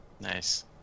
Nice